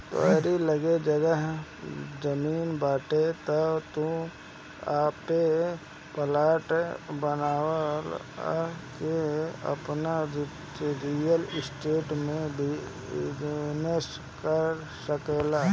तोहरी लगे जगह जमीन बाटे तअ तू ओपे फ्लैट बनवा के आपन रियल स्टेट में बिजनेस कर सकेला